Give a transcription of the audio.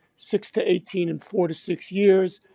six to eighteen, and four to six years.